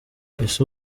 ese